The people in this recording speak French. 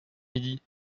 midi